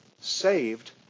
saved